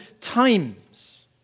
times